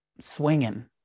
swinging